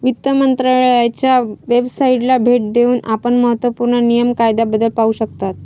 वित्त मंत्रालयाच्या वेबसाइटला भेट देऊन आपण महत्त्व पूर्ण नियम कायद्याबद्दल पाहू शकता